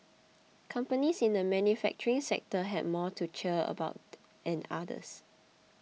companies in the manufacturing sector had more to cheer about and others